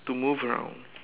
to move around